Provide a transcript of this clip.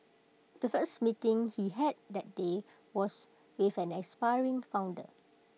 the first meeting he had that day was with an aspiring founder